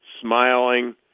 smiling